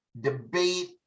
debate